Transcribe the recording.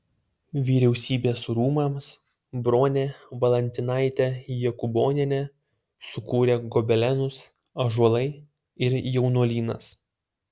vyriausybės rūmams bronė valantinaitė jokūbonienė sukūrė gobelenus ąžuolai ir jaunuolynas